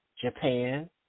Japan